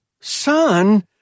Son